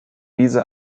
diese